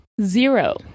Zero